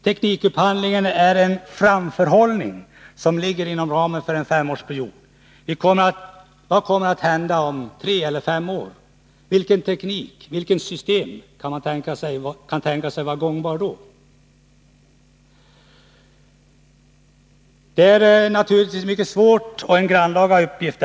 Teknikupphandlingen är en framförhållning som ligger inom ramen för en femårsperiod. Vad kommer att hända om tre eller fem år? Vilken teknik och vilka system kan tänkas vara gångbara då? Detta är naturligtvis en mycket svår och grannlaga uppgift.